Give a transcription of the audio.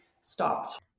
stopped